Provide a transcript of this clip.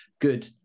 good